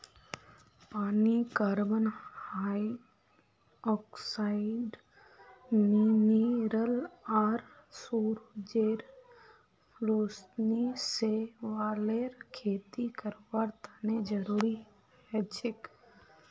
पानी carbon dioxide mineral आर सूरजेर रोशनी शैवालेर खेती करवार तने जरुरी हछेक